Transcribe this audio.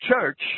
church